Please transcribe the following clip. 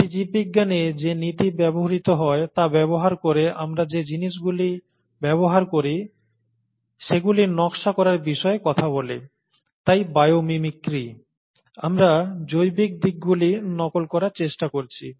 এটি জীববিজ্ঞানে যে নীতি ব্যবহৃত হয় তা ব্যবহার করে আমরা যে জিনিস গুলি ব্যবহার করি সেগুলি নকশা করার বিষয়ে কথা বলে তাই বায়ো মিমিক্রি আমরা জৈবিক দিকগুলি নকল করার চেষ্টা করছি